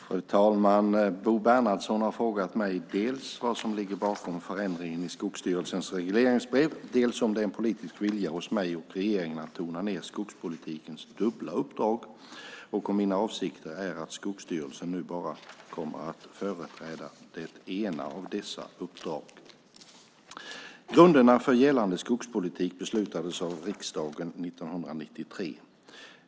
Fru talman! Bo Bernhardsson har frågat mig dels vad som ligger bakom förändringen i Skogsstyrelsens regleringsbrev, dels om det är en politisk vilja hos mig och regeringen att tona ned skogspolitikens dubbla uppdrag och om mina avsikter är att Skogsstyrelsen nu bara kommer att företräda det ena av dessa uppdrag. Grunderna för gällande skogspolitik beslutades av riksdagen 1993.